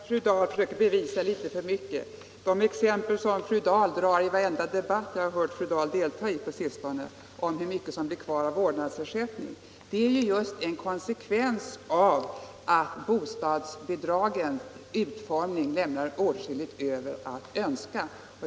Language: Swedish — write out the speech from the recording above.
Herr talman! Jag tror att fru Dahl försöker bevisa litet för mycket. Det exempel som fru Dahl drar i varenda debatt som jag hört fru Dahl delta i på sistone, om hur mycket som blir kvar av vårdnadsersättningen, är just en konsekvens av att bostadsbidragens utformning lämnar åtskilligt övrigt att önska.